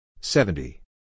seventy